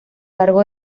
largo